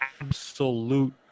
absolute